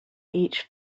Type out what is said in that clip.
each